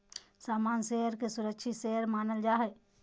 सामान्य शेयर के सुरक्षित शेयर मानल जा हय